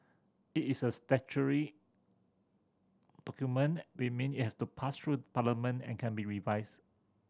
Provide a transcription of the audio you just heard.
it is a statutory document we mean it has to pass through Parliament and can be revised